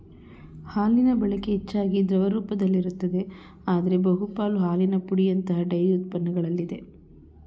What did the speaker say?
ಹಾಲಿನಬಳಕೆ ಹೆಚ್ಚಾಗಿ ದ್ರವ ರೂಪದಲ್ಲಿರುತ್ತದೆ ಆದ್ರೆ ಬಹುಪಾಲು ಹಾಲಿನ ಪುಡಿಯಂತಹ ಡೈರಿ ಉತ್ಪನ್ನಗಳಲ್ಲಿದೆ